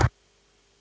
Hvala.